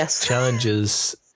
challenges